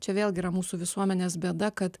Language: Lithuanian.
čia vėlgi yra mūsų visuomenės bėda kad